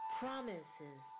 promises